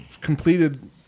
completed